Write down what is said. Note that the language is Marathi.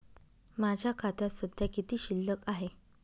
माझ्या खात्यात सध्या किती शिल्लक आहे?